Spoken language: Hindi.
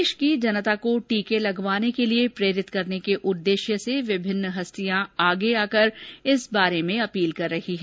प्रदेश की जनता को टीके लगवाने के लिए प्रेरित करने के उद्देश्य से विभिन्न हस्तियां भी आगे आकर इस बारे में अपील कर रही है